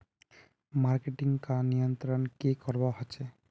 Marketing का नियंत्रण की करवा होचे?